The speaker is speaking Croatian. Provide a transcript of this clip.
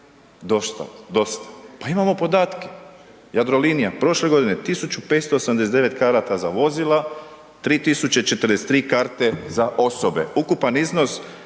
nije dosta. Pa imamo podatke, Jadrolinija, prošle godine, 1589 karata za vozila, 3043 karte za osobe, ukupan iznos